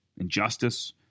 injustice